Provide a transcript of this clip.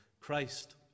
Christ